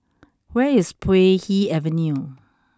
where is Puay Hee Avenue